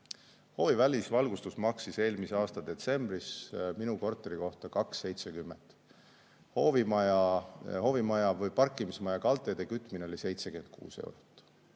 Hoovi välisvalgustus maksis eelmise aasta detsembris minu korteri kohta 2.70, parkimismaja kaldteede kütmine oli 76 eurot.